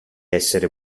essere